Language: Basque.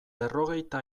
berrogeita